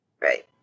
Right